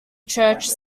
church